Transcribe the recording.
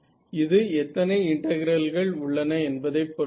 இது எத்தனை இன்டெக்ரல்கள் உள்ளன என்பதைப் பொறுத்தது